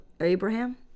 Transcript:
Abraham